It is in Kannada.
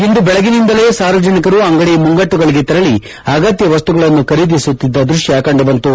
ಇಂದು ಬೆಳಗ್ಗಿನಿಂದಲೇ ಸಾರ್ವಜನಿಕರು ಅಂಗಡಿ ಮುಗ್ಗಟ್ಟುಗಳಿಗೆ ತೆರಳಿ ಅಗತ್ಯ ವಸ್ತುಗಳನ್ನು ಖರೀದಿಸುತ್ತಿದ್ದ ದೃಶ್ಯ ಕಂಡುಬಂತು